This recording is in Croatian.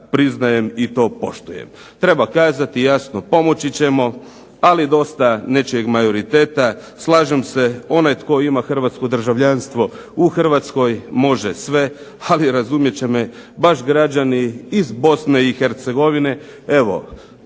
priznajem i to poštujem. Treba kazati jasno pomoći ćemo, ali dosta nečeg majoriteta. Slažem se, onaj tko ima hrvatsko državljanstvo u Hrvatskoj može sve, ali razumjet će me baš građani iz Bosne i Hercegovine,